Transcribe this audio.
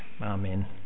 Amen